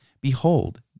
Behold